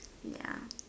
ya